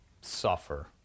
suffer